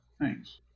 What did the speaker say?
thanks